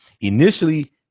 initially